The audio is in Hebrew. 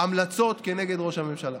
המלצות כנגד ראש הממשלה.